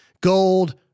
gold